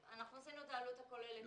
אנחנו עשינו את העלות הכוללת.